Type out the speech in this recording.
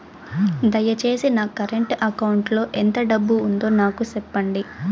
దయచేసి నా current account లో ఎంత డబ్బు ఉందో నాకు సెప్పండి